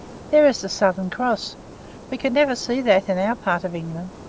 there is the southern cross we could never see that in our part of england,